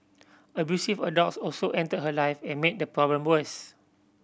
abusive adults also entered her life and made the problem worse